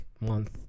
month